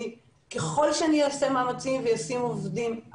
ככל שאני אעשה מאמצים ואשים עובדים,